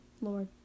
Lord